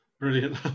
Brilliant